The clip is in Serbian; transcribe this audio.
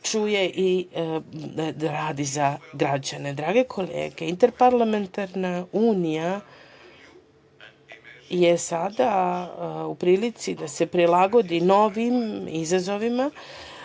čuje i da radi za građane. Drage kolege, Interparlamentarna unija je sada u prilici da se prilagodi novim izazovima.